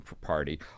party